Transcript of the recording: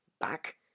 back